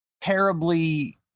terribly